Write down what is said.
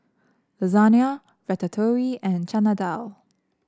Lasagna Ratatouille and Chana Dal